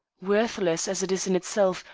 worthless as it is in itself,